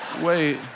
wait